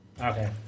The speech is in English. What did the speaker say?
Okay